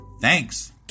Thanks